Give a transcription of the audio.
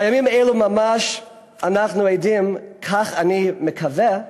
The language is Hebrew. בימים אלו ממש אנחנו עדים, כך אני מקווה,